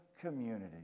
community